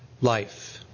life